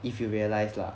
if you realise lah